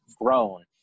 grown